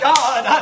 God